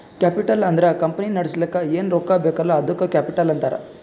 capital ಅಂದುರ್ company ನಡುಸ್ಲಕ್ ಏನ್ ರೊಕ್ಕಾ ಬೇಕಲ್ಲ ಅದ್ದುಕ ಕ್ಯಾಪಿಟಲ್ ಅಂತಾರ್